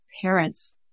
parents